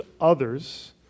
others